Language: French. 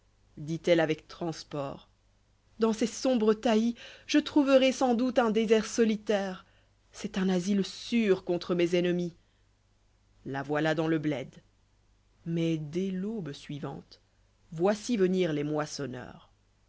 dit-elle avec transport dans ces sombres taillis je trouverai sans doute un désert solitaire c'est un asile sûr contre mes ennemis la voilà dans le bled mais dès l'aube suivante voici venir les moissonneurs